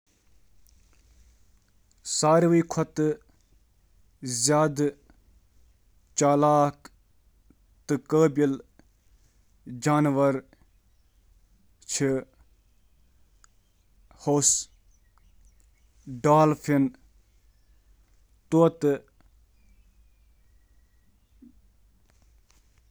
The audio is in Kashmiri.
زمینس پیٹھ چِھ واریاہ ذہین جانور مثلاً chimpanzee, dolphin elephant, orangutan grey طوطہٕ۔ تہٕ باقی واریاہ ذہین جانور چِھ۔